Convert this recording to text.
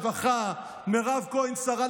מאיר כהן שר רווחה,